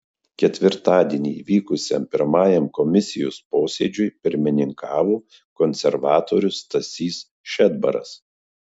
ketvirtadienį įvykusiam pirmajam komisijos posėdžiui pirmininkavo konservatorius stasys šedbaras